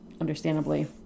understandably